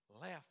left